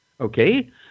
Okay